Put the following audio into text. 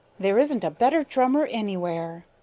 there isn't a better drummer anywhere.